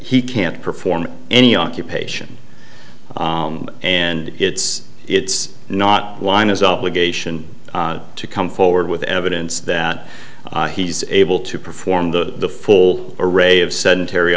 he can't perform any occupation and it's it's not wine is obligation to come forward with evidence that he's able to perform the full array of sedentary